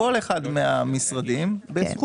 אנחנו נעשה אותה כ-פלט ואז נבוא.